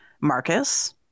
Marcus